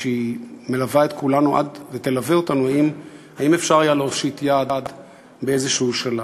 שמלווה את כולנו ותלווה אותנו: האם אפשר היה להושיט יד באיזשהו שלב?